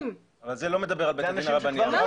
נכון, אבל זה לא מדבר על בית הדין הרבני, מה